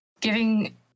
giving